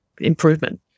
improvement